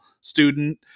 student